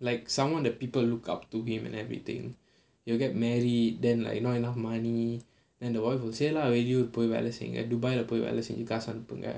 like someone that people look up to him and everything you'll get married then like not enough money then the wife would say lah dubai leh போய் வேலை செய்ங்க:poyi velai seinga dubai leh போய் வேலை செய்ஞ்சு காசு அனுப்புங்க